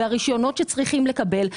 הרישיונות שצריכים לקבל,